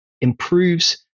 improves